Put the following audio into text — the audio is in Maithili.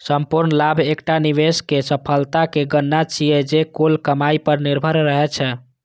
संपूर्ण लाभ एकटा निवेशक सफलताक गणना छियै, जे कुल कमाइ पर निर्भर रहै छै